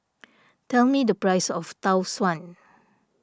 tell me the price of Tau Suan